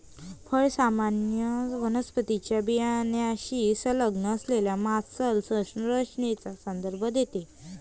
फळ सामान्यत वनस्पतीच्या बियाण्याशी संलग्न असलेल्या मांसल संरचनेचा संदर्भ देते